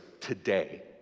today